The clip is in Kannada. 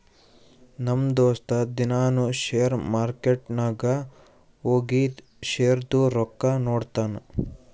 ನಮ್ ದೋಸ್ತ ದಿನಾನೂ ಶೇರ್ ಮಾರ್ಕೆಟ್ ನಾಗ್ ಹೋಗಿ ಶೇರ್ದು ರೊಕ್ಕಾ ನೋಡ್ತಾನ್